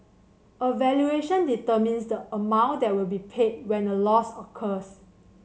a valuation determines the amount that will be paid when a loss occurs